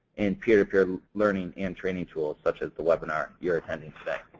and peer to peer learning and training tools, such as the webinar you are attending today.